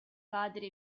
padre